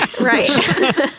Right